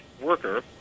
worker